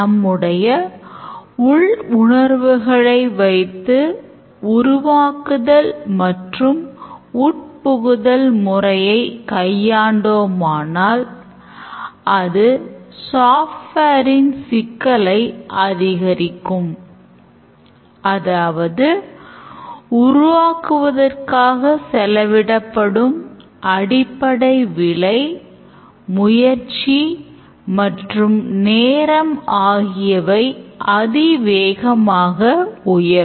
அவை use caseகள் எவை என்பதையும் அவற்றை சில use caseகளாக சிதைத்தால் actors யார் என்பதை மட்டுமே இது கூறுகிறது